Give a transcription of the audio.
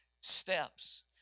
steps